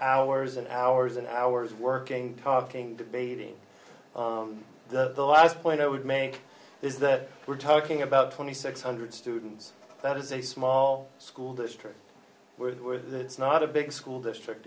hours and hours and hours working talking bating the last point i would make is that we're talking about twenty six hundred students that is a small school district where they were that's not a big school district